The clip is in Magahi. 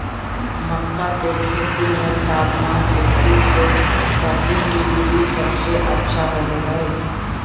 मक्का के खेती में तापमान इक्कीस से बत्तीस डिग्री सबसे अच्छा होबो हइ